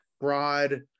broad